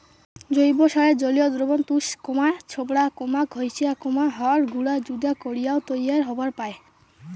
জৈব সারের জলীয় দ্রবণ তুষ, ছোবড়া, ঘইষা, হড় গুঁড়া যুদা করিয়াও তৈয়ার হবার পায়